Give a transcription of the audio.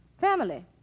Family